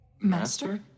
Master